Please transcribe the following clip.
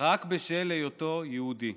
רק בשל היותו יהודי,